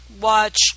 watch